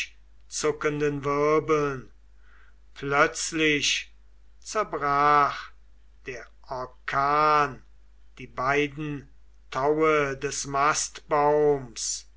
zuckenden wirbeln plötzlich zerbrach der orkan die beiden taue des mastbaums